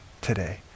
today